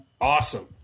awesome